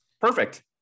Perfect